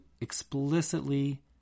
explicitly